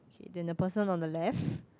then the person on the left